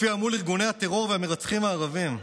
הופיעה מול ארגוני הטרור והמרצחים הערבים.